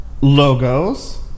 logos